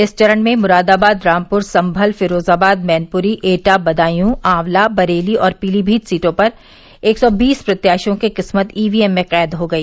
इस चरण में मुरादाबाद रामपुर संभल फिरोजाबाद मैनप्री एटा बदायूं आंवला बरेली और पीलीभीत सीटों पर एक सौ बीस प्रत्याशियों की किस्मत ईवीएम में कैद हो गई